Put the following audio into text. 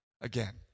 again